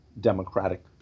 democratic